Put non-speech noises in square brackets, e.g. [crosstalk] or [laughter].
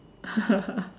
[laughs]